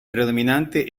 predominante